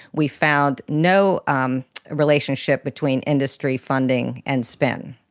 we found no um relationship between industry funding and spin.